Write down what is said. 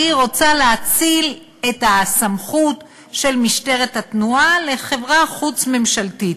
והיא רוצה להאציל את הסמכות של משטרת התנועה לחברה חוץ-ממשלתית,